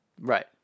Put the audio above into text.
Right